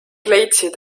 leidsid